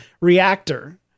reactor